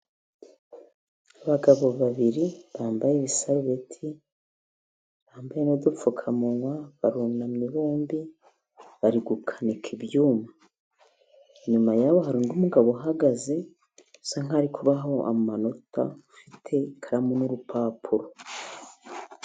Abagabo babiri bambaye ibisarubeti, bambaye n'udupfukamunwa, barunamye bombi, bari gukanika ibyuma, inyuma yaho hari undi mu umugabo uhagaze, asa nk'aho ari kubaha amanota, ufite ikaramu n'urupapuro.